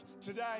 today